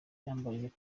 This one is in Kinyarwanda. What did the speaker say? yambariye